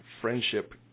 friendship